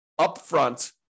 upfront